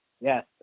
Yes